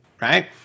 Right